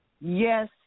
Yes